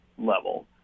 level